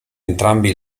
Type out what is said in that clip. entrambi